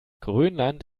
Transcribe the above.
grönland